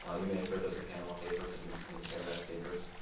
ah you may have heard of the panama papers and recently the paradise papers.